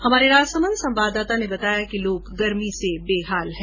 हमारे राजसमंद संवाददाता ने बताया कि लोग गर्मी से बेहाल हैं